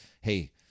hey